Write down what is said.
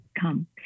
come